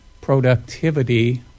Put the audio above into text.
productivity